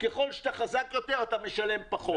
ככל שאתה חזק יותר, אתה משלם פחות.